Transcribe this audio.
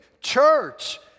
church